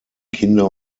kinder